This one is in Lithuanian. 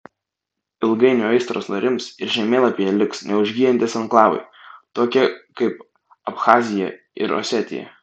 ilgainiui aistros nurims ir žemėlapyje liks neužgyjantys anklavai tokie kaip abchazija ir osetija